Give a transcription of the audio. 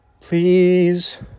please